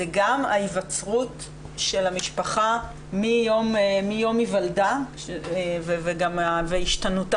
זה גם ההיווצרות של המשפחה מיום היוולדה והשתנותה,